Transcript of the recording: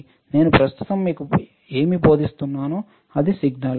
నేను ప్రస్తుతం మీకు ఏమి బోధిస్తున్నానో అది సిగ్నల్